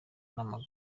n’amagambo